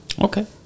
okay